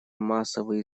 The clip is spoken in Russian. массовые